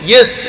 Yes